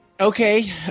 Okay